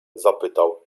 zapytał